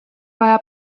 vaja